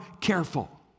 careful